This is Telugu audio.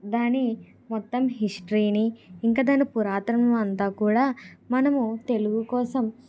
దాని మొత్తం హిస్టరీని ఇంకా దాన్ని పురాతనం అంతా కూడా మనము తెలుగు కోసం